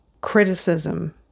criticism